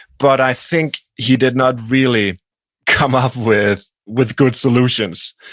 but i think he did not really come up with with good solution, so